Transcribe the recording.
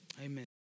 amen